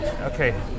Okay